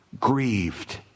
grieved